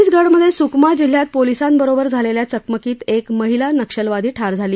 छतीसगडमध्य स्कमा जिल्ह्यात पोलिसांबरोबर झालाप्या चकमकीत एक महिला नक्षलवादी ठार झाली